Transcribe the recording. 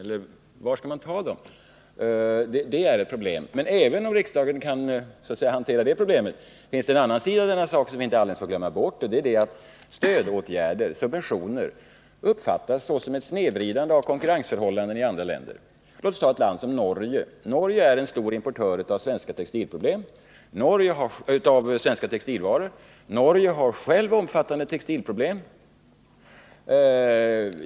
Varifrån skall man ta dem? Detta är ett problem, men även om riksdagen skulle kunna hantera det problemet finns det en annan sida av saken som vi inte får glömma bort. Det är att stödåtgärder och subventioner av andra länder uppfattas som ett snedvridande av konkurrensförhållandena. Låt oss ta ett land som Norge! Norge är en stor importör av svenska textilvaror. Man har där omfattande problem inom den egna textilindustrin.